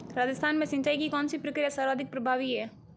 राजस्थान में सिंचाई की कौनसी प्रक्रिया सर्वाधिक प्रभावी है?